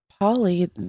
Polly